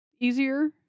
easier